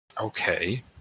Okay